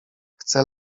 chce